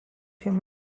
him